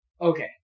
Okay